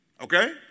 Okay